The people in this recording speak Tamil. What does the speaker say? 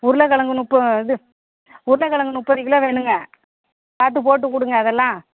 உருளைக்கெலங்கு முப்பது இது உருளைக்கெலங்கு முப்பது கிலோ வேணுங்க பார்த்து போட்டு கொடுங்க அதெல்லாம்